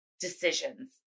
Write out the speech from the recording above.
decisions